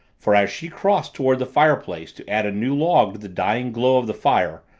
for, as she crossed toward the fireplace to add a new log to the dying glow of the fire,